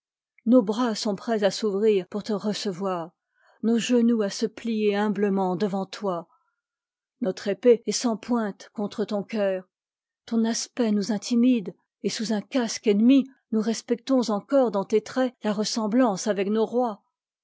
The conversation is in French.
nos bras sont prêts à s'ouvrir pour te recevoir nos genoux à se plier humblement devant toi notre épée est sans pointe contre ton cœur ton aspect nous intimide et sous un casque ennemi nous respectons encore dans tes traits la ressemblance avec nos rois